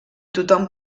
tothom